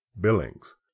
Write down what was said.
Billings